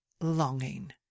longing